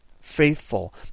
faithful